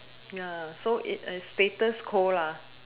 ya so it is status quo lah